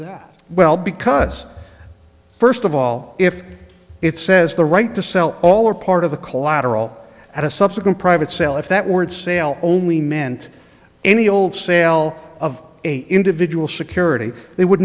that well because first of all if it says the right to sell all or part of the collateral at a subsequent private sale if that word sale only meant any old sale of individual security they would